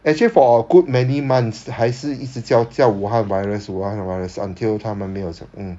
actually for a good many months 还是一直叫叫武汉 virus 武汉 virus until 他们 realise mm